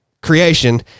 creation